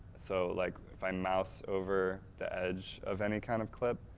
so, like if i mouse over the edge of any kind of clip,